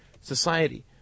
society